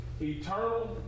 eternal